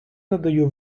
надаю